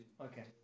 Okay